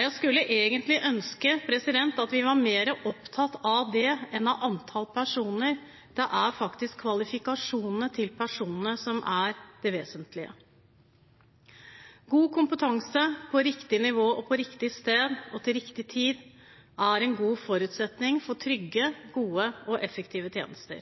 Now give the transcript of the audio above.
Jeg skulle egentlig ønske at vi var mer opptatt av det enn av antall personer. Det er faktisk kvalifikasjonene til personene som er det vesentlige. God kompetanse på riktig nivå, på riktig sted og til riktig tid er en god forutsetning for trygge, gode og effektive tjenester.